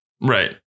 Right